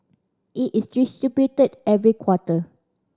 it is distributed every quarter